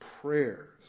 prayers